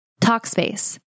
Talkspace